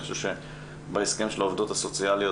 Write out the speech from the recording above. אני חושב שבנושא העובדות הסוציאליות,